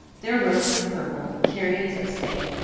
their robes of purple, chariotz of state,